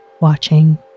watching